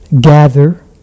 gather